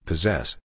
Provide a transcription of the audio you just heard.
Possess